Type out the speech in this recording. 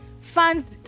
Fans